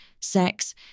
sex